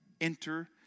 enter